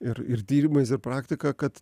ir ir tyrimais ir praktika kad